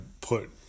put